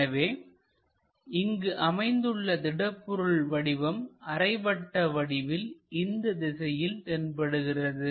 எனவே இங்கு அமைந்துள்ள திடப்பொருள் வடிவம் அரை வட்ட வடிவில் இந்த திசையில் தென்படுகிறது